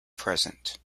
present